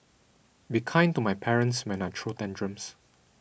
be kind to my parents when I throw tantrums